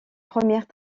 premières